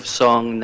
song